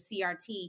CRT